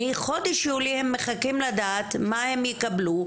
מחודש יולי הם מחכים לדעת מה הם יקבלו,